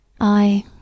I